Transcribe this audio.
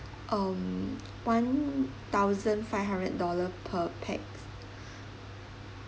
um one thousand five hundred dollar per pax